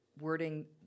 wording